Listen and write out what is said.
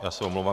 Já se omlouvám.